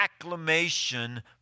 acclamation